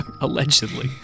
Allegedly